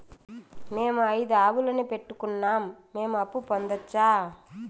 మేము ఐదు ఆవులని పెట్టుకున్నాం, మేము అప్పు పొందొచ్చా